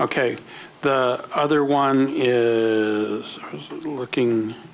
ok the other one is looking